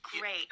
Great